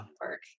work